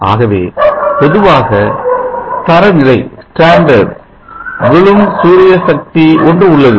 ஆகவே பொதுவாக தரநிலை விழும் சூரிய சக்தி ஒன்றுஉள்ளது